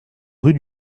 rue